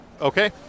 Okay